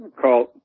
call